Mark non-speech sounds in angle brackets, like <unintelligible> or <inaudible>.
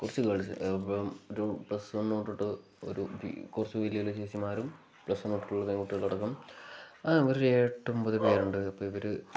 <unintelligible> അപ്പം ഒരു plus one നോട്ടിട്ട് ഒരു കുറച്ച് വലിയ വലിയ ചേച്ചിമാരും പ്ലസ് വൺ തൊട്ടിട്ടുള്ള എല്ലാ കുട്ടികളടക്കം ഇവർ ഒരു ഏഴ് എട്ട് ഒൻപത് പേരുണ്ട് അപ്പം ഇവർ